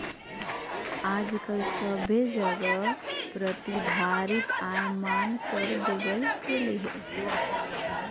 आजकल सभे जगह प्रतिधारित आय मान्य कर देवल गेलय हें